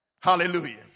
hallelujah